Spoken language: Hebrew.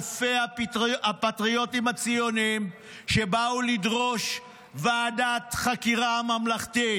אלפי הפטריוטים הציונים שבאו לדרוש ועדת חקירה ממלכתית,